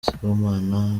sibomana